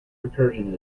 recursion